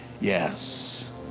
Yes